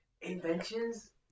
inventions